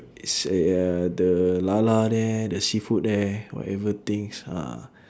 is at uh the lala there the seafood there whatever things ah